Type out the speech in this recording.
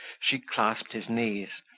she clasped his knees,